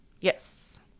Yes